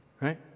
right